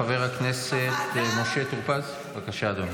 חבר הכנסת משה טור פז, בבקשה, אדוני.